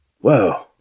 Whoa